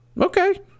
Okay